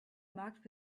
marked